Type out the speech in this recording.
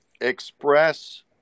express